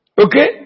Okay